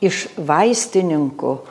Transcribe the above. iš vaistininkų